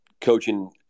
coaching